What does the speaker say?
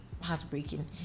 heartbreaking